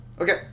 okay